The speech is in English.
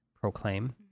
proclaim